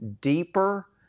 deeper